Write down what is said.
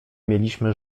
mieliśmy